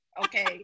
okay